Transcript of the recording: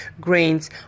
grains